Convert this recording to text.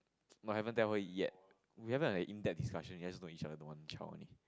no haven't tell her yet we haven't had a in depth discussion one child only